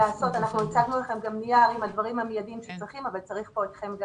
אנחנו הצגנו לכם גם נייר עם הדברים המיידים שצריך אבל צריך כאן גם אתכם.